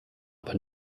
aber